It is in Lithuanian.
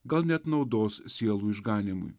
gal net naudos sielų išganymui